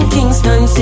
Kingston